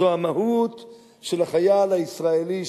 זו המהות של החייל הישראלי,